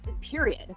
period